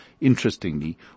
interestingly